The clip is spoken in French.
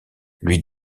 lui